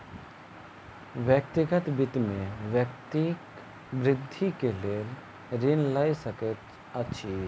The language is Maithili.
व्यक्तिगत वित्त में व्यक्ति वृद्धि के लेल ऋण लय सकैत अछि